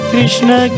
Krishna